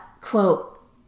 quote